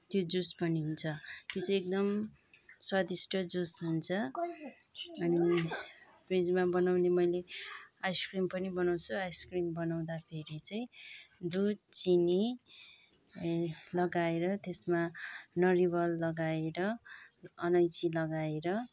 त्यो जुस बनिन्छ त्यो चाहिँ एकदम स्वादिष्ट जुस हुन्छ अनि फ्रिजमा बनाउने मैले आइसक्रिम पनि बनाउँछु आइसक्रिम बनाउँदाखेरि चाहिँ दुध चिनी लगाएर त्यसमा नरिवल लगाएर अलैँची लगाएर